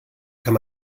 kann